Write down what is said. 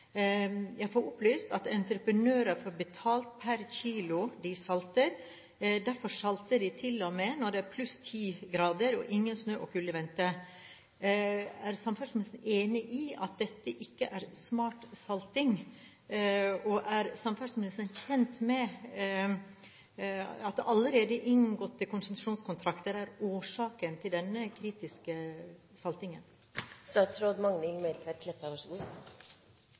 Jeg har fått opplyst at entreprenører får betalt per kilo de salter, derfor salter de til og med når det er 10 plussgrader og ikke snø og kulde i vente. Er samferdselsministeren enig i at dette ikke er smart salting? Og er samferdselsministeren kjent med at de allerede inngåtte konsesjonskontrakter er årsaken til denne kritiske